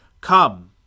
Come